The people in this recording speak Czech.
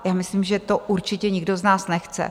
Já myslím, že to určitě nikdo z nás nechce.